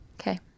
Okay